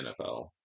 NFL